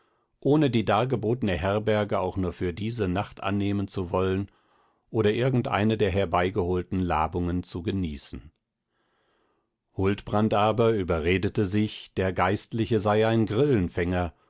ohne die dargebotne herberge auch nur für diese nacht annehmen zu wollen oder irgendeine der herbeigeholten labungen zu genießen huldbrand aber überredete sich der geistliche sei ein